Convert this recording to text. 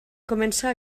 comença